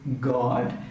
God